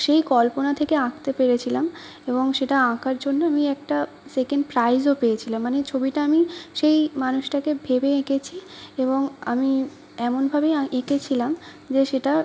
সেই কল্পনা থেকে আঁকতে পেরেছিলাম এবং সেটা আঁকার জন্য আমি একটা সেকেন্ড প্রাইজও পেয়েছিলাম মানে ছবিটা আমি সেই মানুষটাকে ভেবে এঁকেছি এবং আমি এমনভাবে এঁকেছিলাম যে সেটা